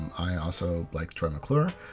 i also like troy mcclure,